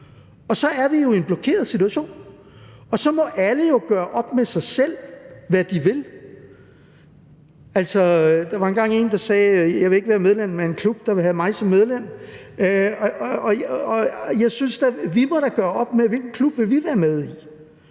Så er vi i en blokeret situation, og så må alle jo gøre op med sig selv, hvad de vil. Altså, der var engang en, der sagde: Jeg vil ikke være medlem af en klub, der vil have mig som medlem. Jeg synes da, at vi må gøre op med os selv, hvilken klub vi vil være med i,